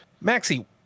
Maxie